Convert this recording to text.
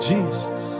Jesus